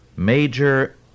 major